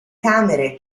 camere